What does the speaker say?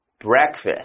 breakfast